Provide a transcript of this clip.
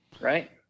right